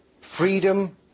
Freedom